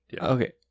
Okay